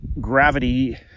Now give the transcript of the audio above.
gravity